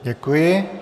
Děkuji.